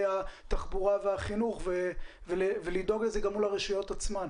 התחבורה והחינוך ולדאוג לכך גם מול הרשויות עצמן.